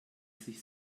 sich